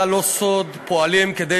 בממשלה, לא סוד, פועלים כדי